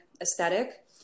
aesthetic